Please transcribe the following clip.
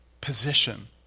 position